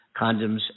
condoms